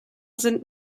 sind